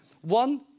One